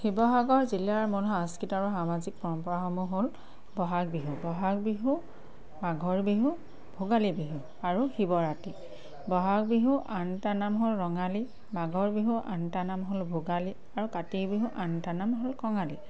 শিৱসাগৰ জিলাৰ মূল সাংস্কৃত আৰু সামাজিক পৰম্পৰামূহ হ'ল বহাগ বিহু বহাগ বিহু মাঘৰ বিহু ভোগালী বিহু আৰু শিৱৰাতি বহাগ বিহু আন এটা নাম হ'ল ৰঙালী মাঘৰ বিহু আন এটা নাম হ'ল ভোগালী আৰু কাতি বিহু আন এটা নাম হ'ল কঙালী